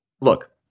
look